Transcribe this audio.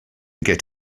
get